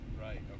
Right